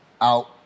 out